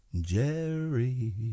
Jerry